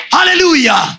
Hallelujah